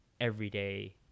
everyday